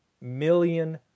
million